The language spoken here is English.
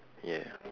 yeah